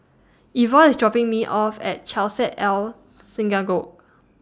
Ivor IS dropping Me off At Chesed El